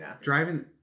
driving